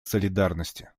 солидарности